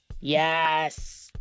Yes